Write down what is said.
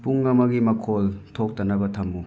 ꯄꯨꯡ ꯑꯃꯒꯤ ꯃꯈꯣꯜ ꯊꯣꯛꯇꯅꯕ ꯊꯝꯃꯨ